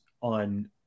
on